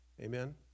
Amen